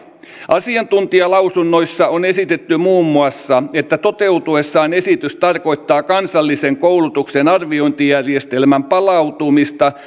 asiantuntijalausunnoissa on esitetty muun muassa että toteutuessaan esitys tarkoittaa kansallisen koulutuksen arviointijärjestelmän palautumista